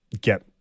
get